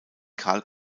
karl